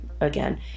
again